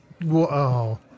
Whoa